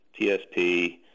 TSP